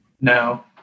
No